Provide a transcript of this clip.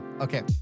Okay